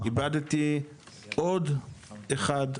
איבדתי עוד אחד,